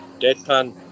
deadpan